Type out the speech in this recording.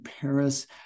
Paris